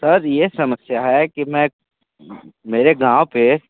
sir ये समस्या है कि मैं मेरे गाँव पे